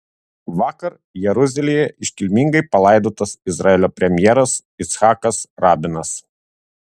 vakar jeruzalėje iškilmingai palaidotas izraelio premjeras icchakas rabinas